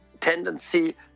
tendency